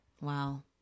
wow